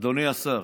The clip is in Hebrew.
אדוני השר,